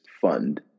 fund